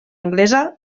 anglesa